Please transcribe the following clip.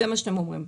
זה מה שאתם אומרים?